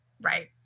Right